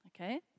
okay